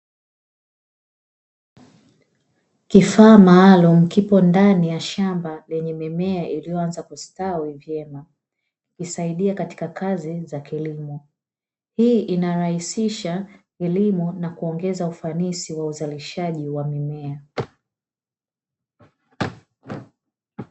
Kifaa maalumu kipo ndani ya shamba lenye mimea iliyoanza kustawi vyema husaidia katika kazi za kilimo, hii inarahisisha kilimo na kuongeza ufanisi wa uzalishaji wa mimea.